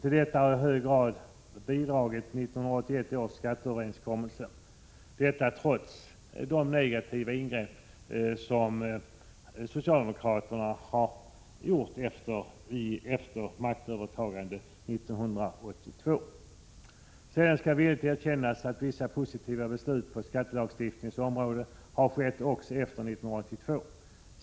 Till detta har i hög grad 1981 års skatteöverenskommelse bidragit, trots de negativa ingrepp som socialdemokraterna har gjort efter maktövertagandet 1982. Sedan skall villigt erkännas att vissa positiva beslut på skattelagstiftningens område har skett också efter 1982.